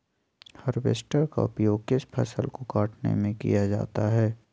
Harvester का उपयोग किस फसल को कटने में किया जाता है?